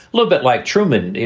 little bit like truman. you